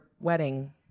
wedding